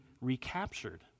recaptured